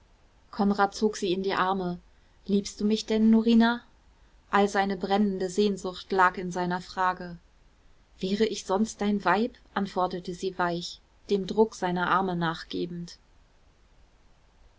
konrad zog sie in die arme liebst du mich denn norina all seine brennende sehnsucht lag in seiner frage wäre ich sonst dein weib antwortete sie weich dem druck seiner arme nachgebend